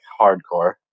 hardcore